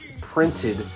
printed